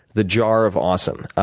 the jar of awesome.